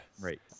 Right